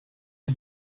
est